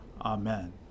Amen